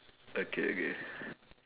okay okay